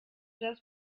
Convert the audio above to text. das